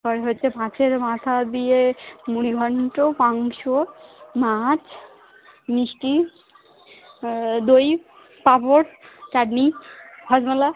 আর হচ্ছে মাছের মাথা দিয়ে মুড়িঘন্ট মাংস মাছ মিষ্টি দই পাপড় চাটনি হজমোলা